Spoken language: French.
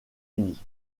unis